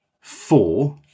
four